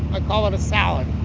i call it a salad